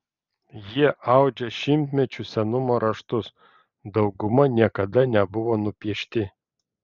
jie audžia šimtmečių senumo raštus dauguma niekada nebuvo nupiešti